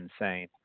insane